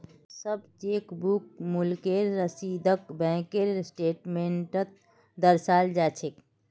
सब चेकबुक शुल्केर रसीदक बैंकेर स्टेटमेन्टत दर्शाल जा छेक